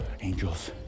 Angels